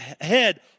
head